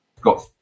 got